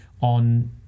on